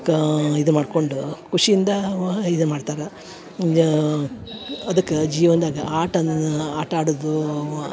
ಕಾ ಇದು ಮಾಡ್ಕೊಂಡು ಖುಷಿಯಿಂದ ಇದು ಮಾಡ್ತರ ಅದಕ್ಕ ಜೀವನ್ದಾಗ ಆಟನ ಆಟ ಆಡೋದು